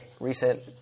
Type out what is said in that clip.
recent